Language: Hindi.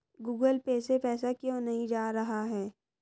गूगल पे से पैसा क्यों नहीं जा रहा है?